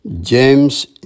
James